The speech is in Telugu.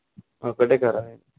ఒకటే కదా ఇది